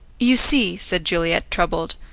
you see, said juliet, troubled,